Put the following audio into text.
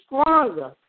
stronger